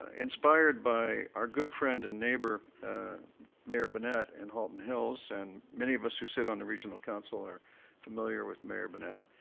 inspired by our good friend and neighbour mayor bonnet in halton hills. and many of us who sit on the regional council are familiar with mayor bonnet.